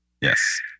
Yes